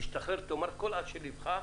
אני רוצה שתשתחרר ותאמר את כל אשר על ליבך,